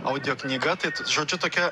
audio knyga tai žodžiu tokia